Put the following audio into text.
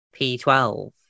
P12